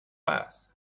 paz